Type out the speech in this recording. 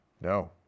No